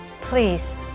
Please